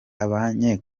abanye